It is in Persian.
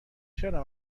چرا